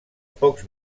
pocs